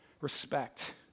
respect